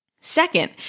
Second